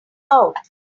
out